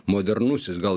modernusis gal